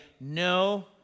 no